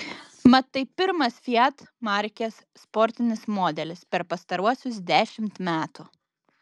mat tai pirmas fiat markės sportinis modelis per pastaruosius dešimt metų